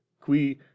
qui